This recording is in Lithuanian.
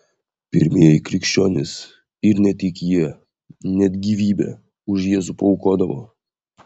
pirmieji krikščionys ir ne tik jie net gyvybę už jėzų paaukodavo